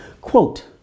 quote